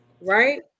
Right